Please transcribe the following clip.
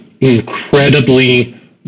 incredibly